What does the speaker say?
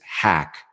hack